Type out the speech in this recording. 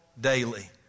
daily